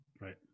Right